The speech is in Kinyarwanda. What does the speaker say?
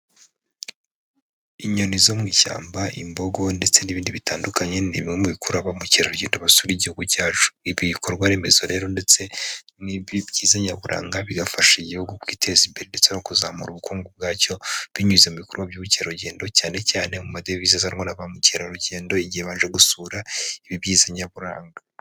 Inyoni zo mu ishyamba, imbogo ndetse n'ibindi bitandukanye ni bimwe mu bikurura bamukerarugendo basura igihugu cyacu, ibi bikorwa remezo rero ndetse n'ibi byiza nyaburanga bigafasha igihugu kwiteza imbere ndetse no kuzamura ubukungu bwacyo binyuze mu bikorwa by'ubukerarugendo, cyane cyane mu madevize azamura na ba mukerarugendo igihe baje gusura ibibyiza nyaburanga.